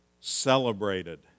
celebrated